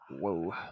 Whoa